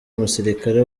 umusirikare